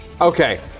Okay